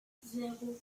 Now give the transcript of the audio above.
zéro